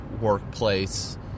workplace